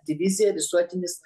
divizija visuotinis